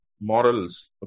morals